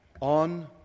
on